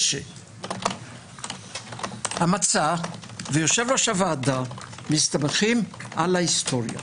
כי המצע, ויושב-ראש הוועדה מסתמכים על ההיסטוריה.